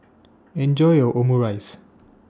Enjoy your Omurice